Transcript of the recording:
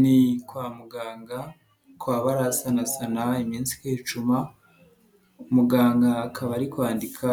Ni kwa muganga kwa bararasanasana iminsi ikicuma, muganga akaba ari kwandika